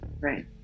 right